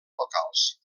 locals